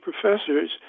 professors